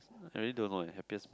I really don't know eh happiest